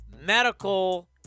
medical